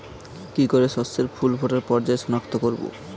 কি করে শস্যের ফুল ফোটার পর্যায় শনাক্ত করব?